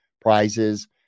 prizes